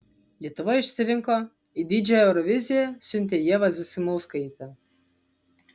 lietuva išsirinko į didžiąją euroviziją siuntė ievą zasimauskaitę